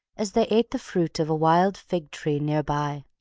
as they ate the fruit of a wild fig tree near by.